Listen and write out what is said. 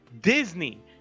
Disney